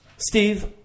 Steve